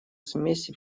смеси